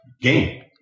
game